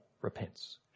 repents